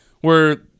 where-